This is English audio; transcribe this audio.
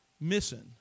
missing